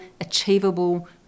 achievable